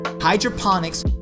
hydroponics